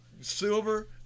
silver